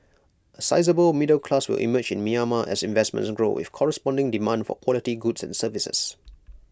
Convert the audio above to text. A sizeable middle class will emerge in Myanmar as investments grow with corresponding demand for quality goods and services